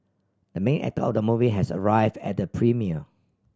the main actor of the movie has arrived at the premiere